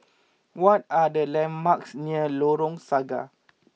what are the landmarks near Lengkok Saga